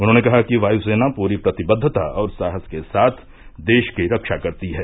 उन्होंने कहा कि वायुसेना पूरी प्रतिबद्वता और साहस के साथ देश की रक्षा करती है